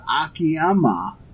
Akiyama